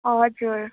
हजुर